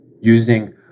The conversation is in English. using